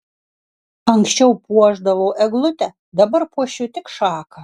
anksčiau puošdavau eglutę dabar puošiu tik šaką